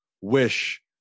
wish